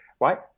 right